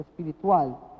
espiritual